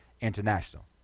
International